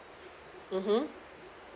mmhmm